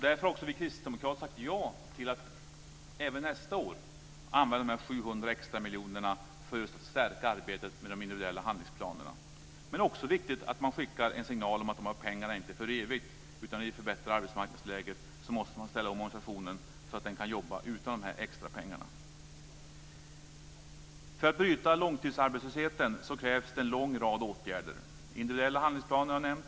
Därför har också vi kristdemokrater sagt ja till att även nästa år använda de här 700 extra miljonerna för att just stärka arbetet med de individuella handlingsplanerna. Det är också viktigt att man skickar en signal om att de här pengarna inte är för evigt. Vill man förbättra arbetsmarknadsläget måste man ställa om organisationen så att den också kan jobba utan de extra pengarna. För att bryta långtidsarbetslösheten krävs det en lång rad åtgärder. Individuella handlingsplaner har jag nämnt.